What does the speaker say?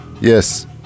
Yes